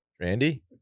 randy